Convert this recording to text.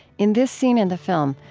in this scene in the film,